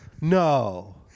No